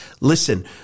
listen